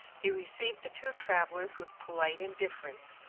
he received the two travellers with polite indifference,